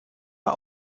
war